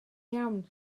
iawn